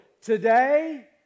Today